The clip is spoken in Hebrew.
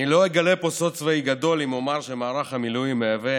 אני לא אגלה פה סוד צבאי גדול אם אומר שמערך המילואים מהווה